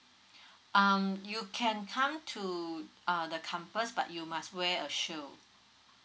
um you can come to uh the campus but you must wear a shield